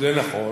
זה נכון,